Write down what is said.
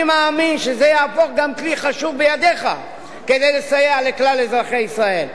אני מאמין שזה יהפוך גם כלי חשוב בידיך כדי לסייע לכלל אזרחי ישראל.